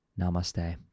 Namaste